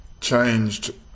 changed